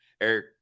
Eric